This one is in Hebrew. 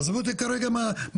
עזבו אותי כרגע מהכנסות.